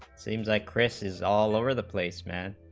seems like races all over the placement